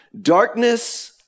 darkness